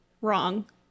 wrong